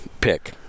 pick